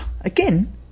Again